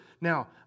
Now